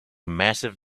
massive